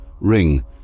ring